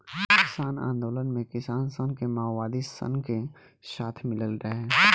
किसान आन्दोलन मे किसान सन के मओवादी सन के साथ मिलल रहे